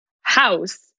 house